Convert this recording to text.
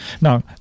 Now –